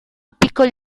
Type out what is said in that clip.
piccoli